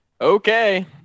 Okay